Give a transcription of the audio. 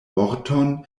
morton